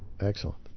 Excellent